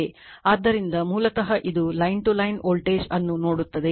ಆದ್ದರಿಂದ ಮೂಲತಃ ಇದು ಲೈನ್ ಟು ಲೈನ್ ವೋಲ್ಟೇಜ್ ಅನ್ನು ನೋಡುತ್ತದೆ